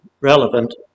relevant